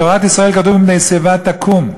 בתורת ישראל כתוב "מפני שיבה תקום".